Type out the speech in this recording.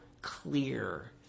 clear